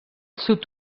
sud